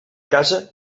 casa